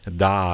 da